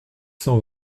cent